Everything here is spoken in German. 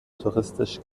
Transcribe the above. touristisch